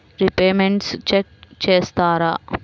Repayments check చేస్తారా?